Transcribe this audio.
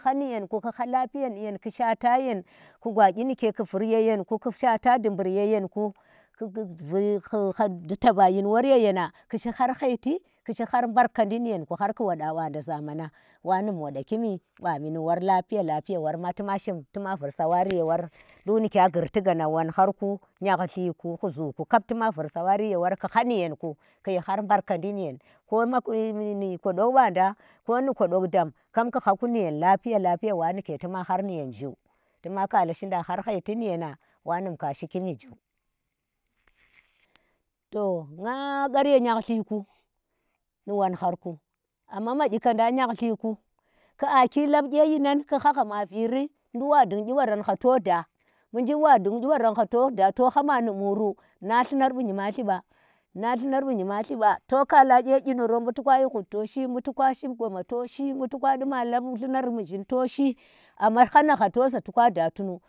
Kha ni nyen kokaku lapia nyen ku shaata nyen, ku gwa kyi ike ku vur yeyen, ku ku taba kyinwor yenang ku shi har haiti, ku tuba kyin wor yeynku, ku shaata dubur yeyenku, ku ku bu taba kyin wor yen ku shi, har haiti ki shi har haiti kushi har mbarkadi i ye wa ye wadala bami lafiya lafiya wa num wada ki bami zaaa worka tu ma vur sawam ye wor duk i kiya ghurti gaa whoharku yeha lirku, huzuku kab tuna vur sawari ye wor ku hani yenku, kuyi har mbarkandi niyenni kodonk banda ko ni kodohk dam kap ku ha kuni ye lafiya lafiya wa nike tima har ni yau zhu. tu ha khala shina har haiti ni ye hang wa nun ka shiki ni ghu. to nga ghar ye nyanllirku nu wonharka amma makyikadang nyanllirku, ku aki la kye nyinan ku hahha ma biri, ndul wan dung kyi ba ran hha to da to ha mani muru nallunar bu nyimabti ba na llunar bu nyimabti ba, to khala kye yiniri bu toka shi hud to shi, bu tuka shi goma toshi, bu toka di ma lab llunar mushin to shi amna hana ha ta da tunu.